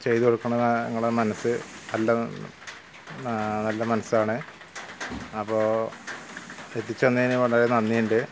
ചെയ്തു കൊടുക്കണതാണ് നിങ്ങളെ മനസ്സ് നല്ല മനസ്സാണ് അപ്പോൾ എത്തിച്ചുതന്നതിന് വളരെ നന്ദിയുണ്ട്